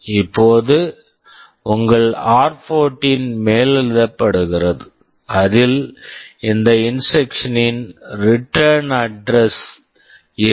இப்போது உங்கள் ஆர்14 r14 மேலெழுதப்படுகிறது அதில் இந்த இன்ஸ்ட்ரக்சன் instruction இன் ரிட்டர்ன் அட்ரஸ் return address இருக்கும்